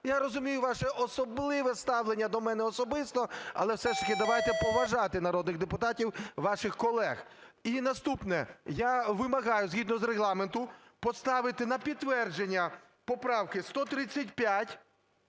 Я розумію ваше особливе ставлення до мене особисто, але все ж таки давайте поважати народних депутатів - ваших колег. І наступне. Я вимагаю згідно з Регламентом поставити на підтвердження поправки: 135,